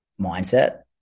mindset